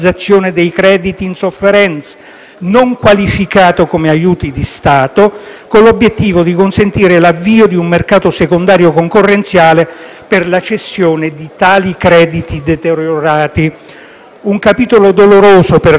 non qualificata come aiuto di Stato, con l'obiettivo di consentire l'avvio di un mercato secondario concorrenziale per la cessione di tali crediti deteriorati. Si tratta di un capitolo doloroso per le banche italiane e per i cittadini,